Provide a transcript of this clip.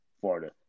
Florida